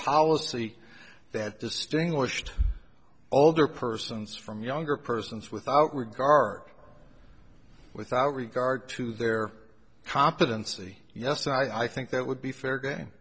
policy that distinguished older persons from younger persons without regard without regard to their competency yes i think that would be fair game